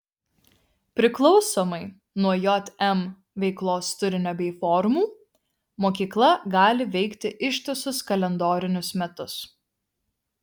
priklausomai nuo jm veiklos turinio bei formų mokykla gali veikti ištisus kalendorinius metus